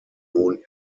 nun